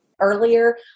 earlier